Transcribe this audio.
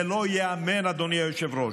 זה לא ייאמן, אדוני היושב-ראש.